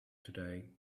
today